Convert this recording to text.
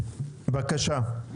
בבקשה.